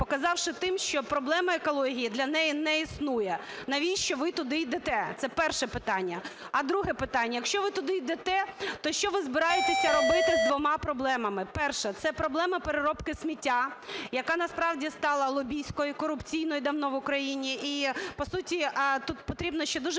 показавши тим, що проблема екології для неї не існує. Навіщо ви туди йдете? Це перше питання. А друге питання. Якщо ви туди йдете, то що ви збираєтесь робити з двома проблемами? Перша – це проблема переробки сміття, яка насправді стала лобістською і корупційною давно в Україні. І по суті тут потрібно ще дуже